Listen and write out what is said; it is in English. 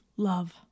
love